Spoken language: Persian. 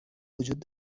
وجود